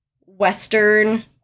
Western